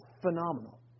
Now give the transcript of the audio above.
Phenomenal